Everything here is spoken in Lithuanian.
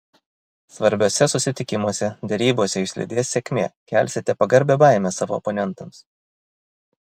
svarbiuose susitikimuose derybose jus lydės sėkmė kelsite pagarbią baimę savo oponentams